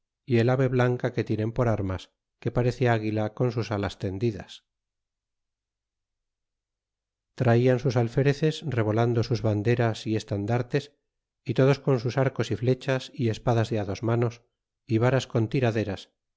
y el ave blanca que tienen por armas que parece águila con sus alas tendidas traian sus alfereces revolando sus banderas y estandartes y todos con sus arcos y flechas y espadas de á dos manos y varas con tiraderas